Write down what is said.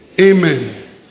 Amen